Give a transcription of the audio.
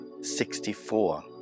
Sixty-four